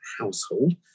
household